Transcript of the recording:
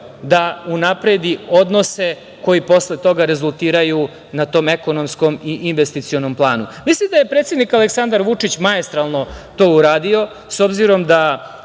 da unapredi odnose koji posle toga rezultiraju na tom ekonomskom i investicionom planu. Mislim da je predsednik Aleksandar Vučić maestralno to uradio, s obzirom da